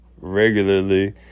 regularly